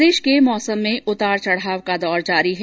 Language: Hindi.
प्रदेश के मौसम में उतार चढ़ाव का दौर जारी है